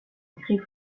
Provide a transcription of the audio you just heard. grille